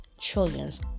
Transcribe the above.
trillions